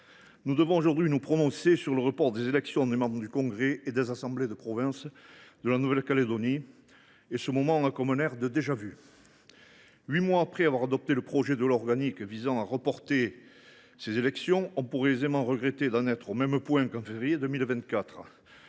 nous devons aujourd’hui nous prononcer sur le report des élections des membres du congrès et des assemblées de province de la Nouvelle Calédonie, et ce moment a comme un air de déjà vu. Huit mois après avoir adopté le projet de loi organique visant à reporter ces élections, nous pourrions aisément regretter d’en être au même point qu’en février 2024.